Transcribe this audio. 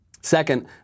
Second